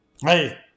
hey